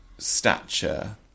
stature